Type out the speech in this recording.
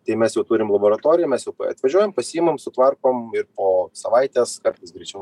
tai mes jau turim laboratoriją mes jau atvažiuojam pasiimam sutvarkom ir po savaitės kartais greičiau